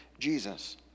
jesus